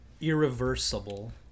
irreversible